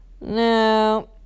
no